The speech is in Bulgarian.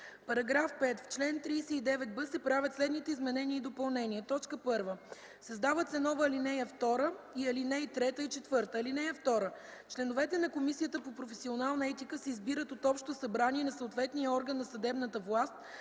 параграфа: „§ 5. В чл. 39б се правят следните изменения и допълнения: 1. Създават се нова ал. 2 и ал. 3 и 4: „(2) Членовете на Комисията по професионална етика се избират от общото събрание на съответния орган на съдебната власт